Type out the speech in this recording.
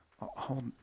Hold